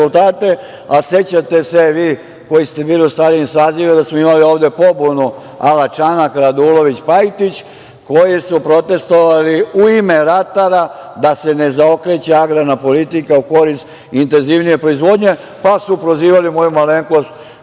a sećate se vi koji ste bili u starijim sazivima da smo imali ovde pobunu ala Čanak, Radulović, Pajtić koji su protestvovali u ime ratara da se ne zaokreće agrarna politika u korist intenzivnije proizvodnje, pa su prozivali moju malenkost